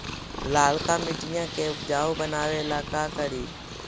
लालका मिट्टियां के उपजाऊ बनावे ला का करी?